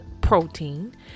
protein